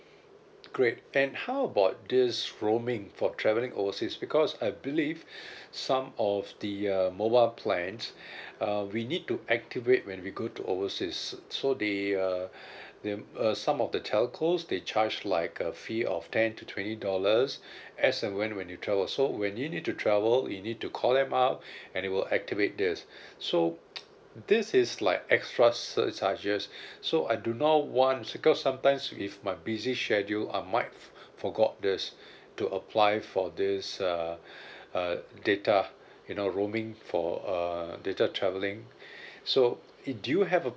great and how about this roaming for travelling overseas because I believe some of the uh mobile plans uh we need to activate when we go to overseas so the uh the uh some of the telcos they charge like a fee of ten to twenty dollars as and when when you travel so when you need to travel you need to call them up and they will activate this so this is like extra surcharges so I do not want because sometimes with my busy schedule I might forgot this to apply for this uh uh data you know roaming for err data travelling so do you have a